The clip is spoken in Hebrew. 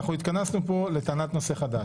אנחנו התכנסנו פה לטענת נושא חדש.